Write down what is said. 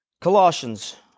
Colossians